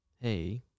hey